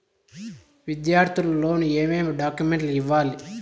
విద్యార్థులు లోను ఏమేమి డాక్యుమెంట్లు ఇవ్వాలి?